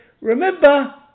remember